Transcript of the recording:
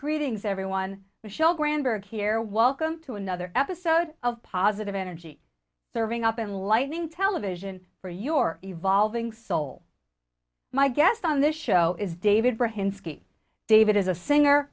greetings everyone michelle grander and here welcome to another episode of positive energy they're going up in lighting television for your evolving soul my guest on this show is david david as a singer